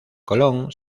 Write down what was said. colón